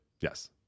Yes